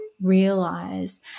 realize